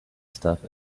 stuff